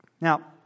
Now